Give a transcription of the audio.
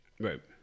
right